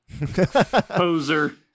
Poser